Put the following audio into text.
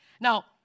Now